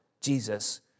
Jesus